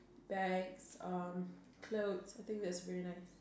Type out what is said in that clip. bags um clothes I think that's very nice